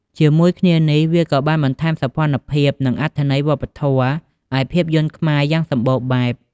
ជាមួយគ្នានេះ វាក៏បាន បន្ថែមសោភ័ណភាព និងអត្ថន័យវប្បធម៌ឱ្យភាពយន្តខ្មែរ យ៉ាងសម្បូរបែប។